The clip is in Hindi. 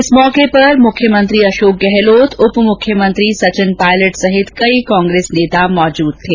इस मौके पर मुख्यमंत्री अशोक गहलोत उप मुख्यमंत्री सचिन पायलट सहित कई कांग्रेसी नेता मौजूद थे